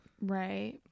Right